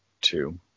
two